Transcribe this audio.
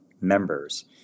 members